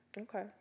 Okay